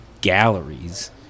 galleries